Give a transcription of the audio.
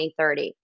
2030